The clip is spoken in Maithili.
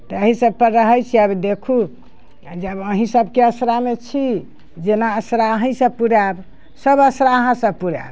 तऽ अहि सभपर रहै छी आब देखू आओर जब अहि सभके असरा मे छी जेना असरा अहि सभ पुरैब सभ असरा अहाँ सभ पुरैब